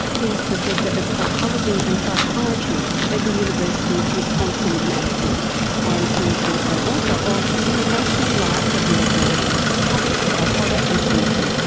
he's professor of psychology and psychiatry at the university of wisconsin madison and he's also author of the emotional life of your brain published by hodder and stoughton.